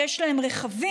שיש להן רכבים,